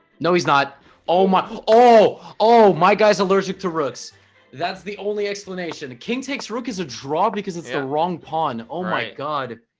no he's not oh my oh oh my guy's allergic to rooks that's the only explanation king takes rook as a draw because it's the wrong pawn oh my god